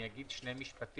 אני אומר שני משפטים.